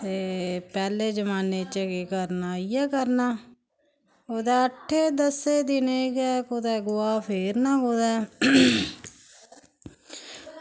ते पैह्ले जमानै च केह् करना इ'यै करना कुदै अट्ठें दस्सें दिनें गै कुदै गोहा फेरना कुदै